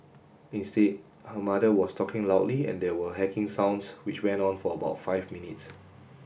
instead her mother was talking loudly and there were hacking sounds which went on for about five minutes